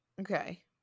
Okay